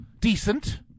decent